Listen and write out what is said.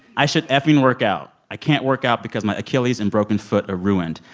i should effing work out. i can't work out because my achilles and broken foot are ruined.